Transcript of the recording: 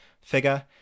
figure